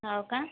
हो का